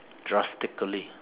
drastically